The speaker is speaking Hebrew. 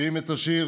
מכירים את השיר?